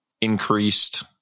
increased